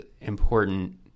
important